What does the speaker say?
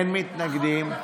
אין מתנגדים.